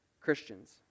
Christians